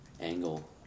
angle